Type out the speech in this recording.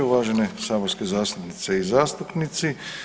Uvažene saborske zastupnice i zastupnici.